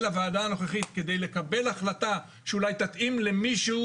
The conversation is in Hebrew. אל הוועדה הנוכחית כדי לקבל החלטה שאולי תתאים למישהו